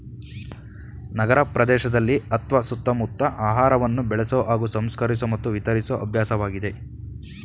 ನಗರಪ್ರದೇಶದಲ್ಲಿ ಅತ್ವ ಸುತ್ತಮುತ್ತ ಆಹಾರವನ್ನು ಬೆಳೆಸೊ ಹಾಗೂ ಸಂಸ್ಕರಿಸೊ ಮತ್ತು ವಿತರಿಸೊ ಅಭ್ಯಾಸವಾಗಿದೆ